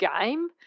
game